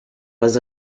was